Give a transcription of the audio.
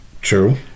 True